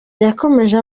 yakomeje